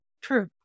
True